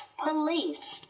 police